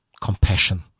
compassion